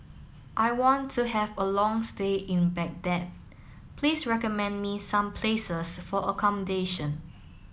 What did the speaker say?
I want to have a long stay in Baghdad please recommend me some places for accommodation